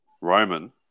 Roman